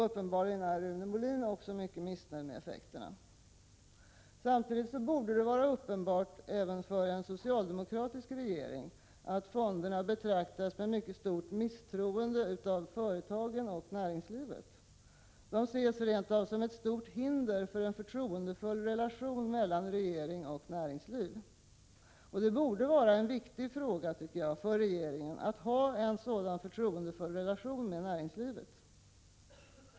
Uppenbarligen är också Rune Molin mycket missnöjd med effekterna. Samtidigt borde det vara uppenbart även för en socialdemokratisk regering att fonderna betraktas med stort misstroende av företagen. De ses rent av som ett stort hinder för en förtroendefull relation mellan regeringen och näringslivet. Det borde vara viktigt för regeringen att ha en sådan förtroendefull relation med näringslivet.